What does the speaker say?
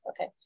okay